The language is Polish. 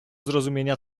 zrozumienia